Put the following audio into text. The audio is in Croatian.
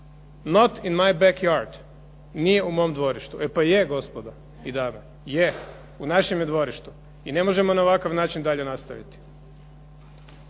Not in my backyard, nije u mom dvorištu. E pa je gospodo i dame, je, u našem je dvorištu, i ne možemo na ovakav način dalje nastaviti.